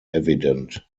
evident